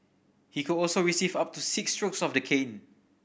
he could also receive up to six strokes of the cane